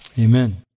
Amen